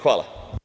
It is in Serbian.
Hvala.